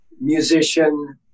musician